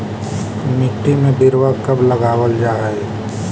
मिट्टी में बिरवा कब लगावल जा हई?